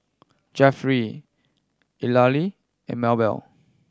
Jeffery Eulalie and Maebell